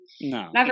No